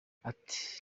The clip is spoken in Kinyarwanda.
ati